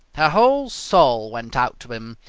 her whole soul went out to him.